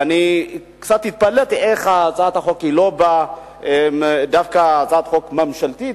וקצת התפלאתי איך הצעת החוק לא באה דווקא כהצעת חוק ממשלתית.